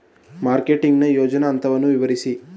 Marketing ನ ಯೋಜನಾ ಹಂತವನ್ನು ವಿವರಿಸಿ?